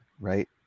right